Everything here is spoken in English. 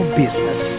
business